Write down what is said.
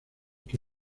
que